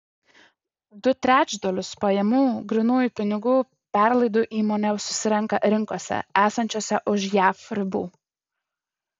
du trečdalius pajamų grynųjų pinigų perlaidų įmonė susirenka rinkose esančiose už jav ribų